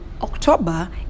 October